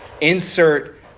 Insert